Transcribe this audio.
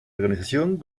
organización